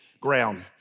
ground